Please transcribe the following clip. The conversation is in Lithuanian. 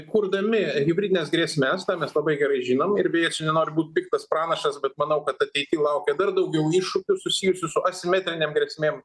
kurdami hibridines grėsmes tą mes labai gerai žinom ir beje čia nenoriu būt piktas pranašas bet manau kad ateity laukia dar daugiau iššūkių susijusių su asimetrinėm grėsmėmis